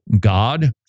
God